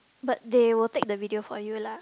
but they will take the video for you lah